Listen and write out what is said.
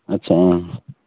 आतसा उम